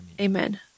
Amen